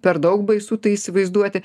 per daug baisu tai įsivaizduoti